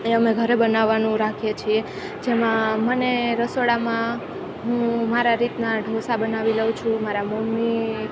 એ અમે ઘરે બનાવાનું રાખીએ છીએ જેમાં મને રસોડામાં હું મારા રીતના ઢોંસા બનાવી લઉં છું મારા મમ્મી